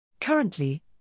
Currently